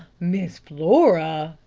miss flora?